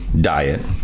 diet